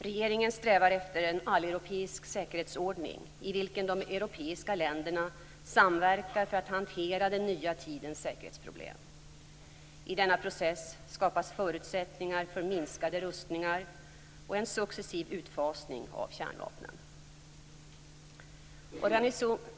Regeringen strävar efter en alleuropeisk säkerhetsordning, i vilken de europeiska länderna samverkar för att hantera den nya tidens säkerhetsproblem. I denna process skapas förutsättningar för minskade rustningar och en successiv utfasning av kärnvapnen.